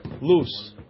loose